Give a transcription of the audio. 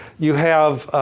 you have